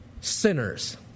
sinners